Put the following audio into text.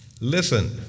Listen